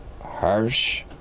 harsh